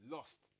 Lost